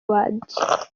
world